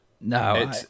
No